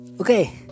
Okay